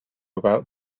about